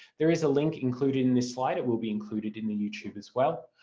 there is a link included in this slide, it will be included in youtube as well.